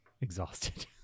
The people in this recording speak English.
exhausted